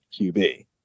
QB